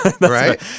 right